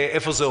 ואיפה זה עומד?